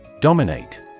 Dominate